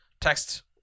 text